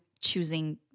choosing